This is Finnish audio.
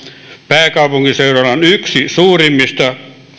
pääkaupunkiseudulla on yksi suurimmista